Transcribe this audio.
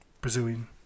Brazilian